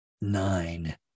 nine